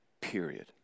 period